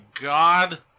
God